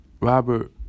Robert